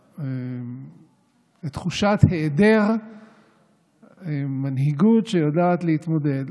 את תחושת היעדר המנהיגות שיודעת להתמודד.